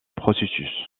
processus